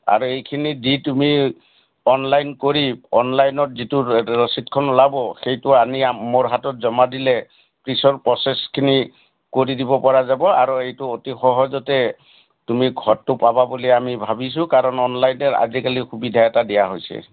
আৰু এইখিনি দি তুমি অনলাইন কৰি অনলাইনত যিটো ৰচিদখন ওলাব সেইটো আনি মোৰ হাতত জমা দিলে পিছৰ প্ৰচেছখিনি কৰি দিব পৰা যাব আৰু এইটো অতি সহজতে তুমি ঘৰটো পাবা বুলি আমি ভাবিছোঁ কাৰণ অনলাইনৰ আজিকালি সুবিধা এটা দিয়া হৈছে